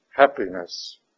happiness